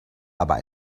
aber